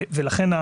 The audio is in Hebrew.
לכן,